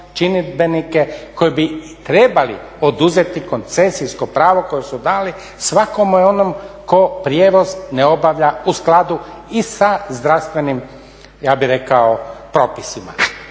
činidbenike koji bi trebali poduzeti koncesijsko pravo koje su dali svakome onome tko prijevoz ne obavlja u skladu i sa zdravstvenim ja bih rekao propisima.